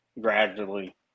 gradually